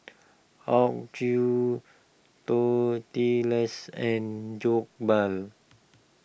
Tortillas and Jokbal